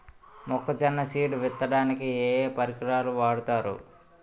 మొక్కజొన్న సీడ్ విత్తడానికి ఏ ఏ పరికరాలు వాడతారు?